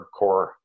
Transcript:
hardcore